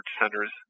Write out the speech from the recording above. centers